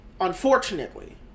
unfortunately